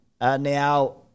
Now